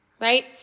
right